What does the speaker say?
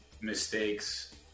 mistakes